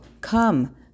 come